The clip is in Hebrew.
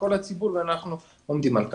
הציבור ואנחנו עומדים על כך.